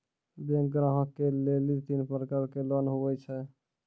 Bank ग्राहक के लेली तीन प्रकर के लोन हुए छै?